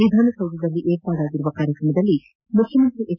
ವಿಧಾನಸೌಧದಲ್ಲಿ ವಿರ್ಪಾಡಾಗಿರುವ ಕಾರ್ಯಕ್ರಮದಲ್ಲಿ ಮುಖ್ಯಮಂತ್ರಿ ಎಚ್